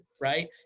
right